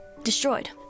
Destroyed